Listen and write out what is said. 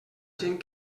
gent